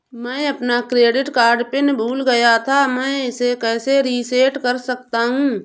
मैं अपना credit card pin भूल गया था मैं इसे कैसे रीसेट कर सकता हूँ?